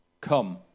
come